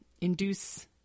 induce